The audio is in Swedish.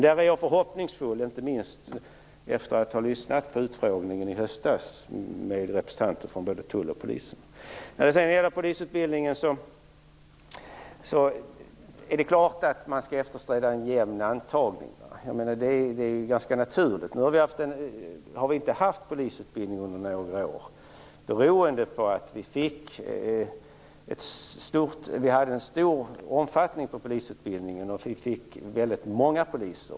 Där är jag förhoppningsfull, inte minst efter att ha lyssnat till utfrågningen i höstas med representanter för både tullen och polisen. När det gäller polisutbildningen är det klart att en jämn antagning skall eftersträvas. Detta är ganska naturligt. Under några år har det inte förekommit någon polisutbildning beroende på polisutbildningens omfattning tidigare. Vi fick ju då väldigt många poliser.